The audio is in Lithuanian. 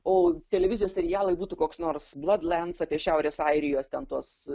o televizijos serialai būtų koks nors blad lens apie šiaurės airijos ten tuos